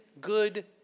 good